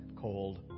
cold